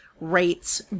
rates